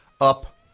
up